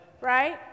right